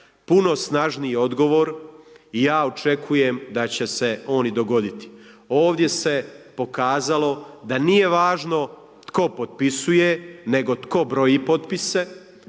puno snažniji odgovor i ja očekujem da će se on i dogoditi. Ovdje se pokazalo da nije važno tko potpisuje nego tko broji potpise,